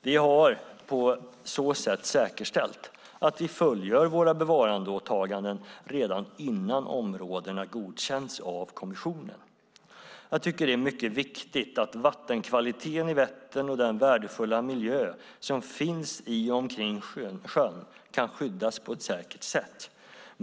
Vi har på så sätt säkerställt att vi fullgör våra bevarandeåtaganden redan innan områdena godkänts av kommissionen. Jag tycker att det är viktigt att vattenkvaliteten i Vättern och den värdefulla miljö som finns i och omkring sjön kan skyddas på ett säkert sätt.